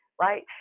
right